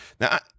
Now